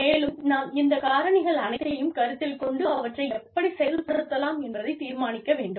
மேலும் நாம் இந்த காரணிகள் அனைத்தையும் கருத்தில் கொண்டு அவற்றை எப்படிச் செயல்படுத்தலாம் என்பதைத் தீர்மானிக்க வேண்டும்